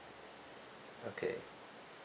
okay